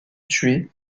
tués